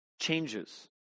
changes